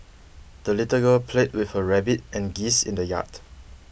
the little girl played with her rabbit and geese in the yard